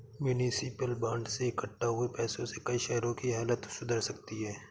municipal bond से इक्कठा हुए पैसों से कई शहरों की हालत सुधर सकती है